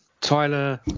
Tyler